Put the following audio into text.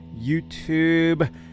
YouTube